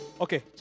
Okay